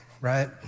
right